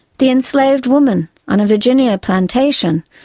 the enslaved woman on a virginia plantation,